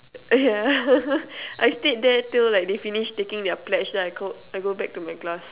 yeah I stayed there till like they finished taking their pledge then I go I go back to my class